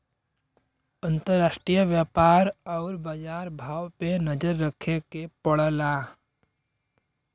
अंतराष्ट्रीय व्यापार आउर बाजार भाव पे नजर रखे के पड़ला